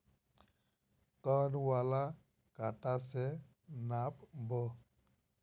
कौन वाला कटा से नाप बो?